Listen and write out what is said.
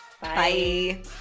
Bye